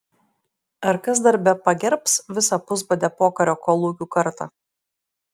ar kas dar bepagerbs visą pusbadę pokario kolūkių kartą